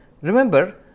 Remember